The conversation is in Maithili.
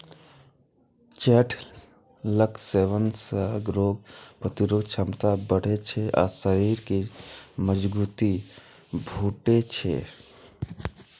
चठैलक सेवन सं रोग प्रतिरोधक क्षमता बढ़ै छै आ शरीर कें मजगूती भेटै छै